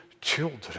children